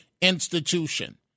institution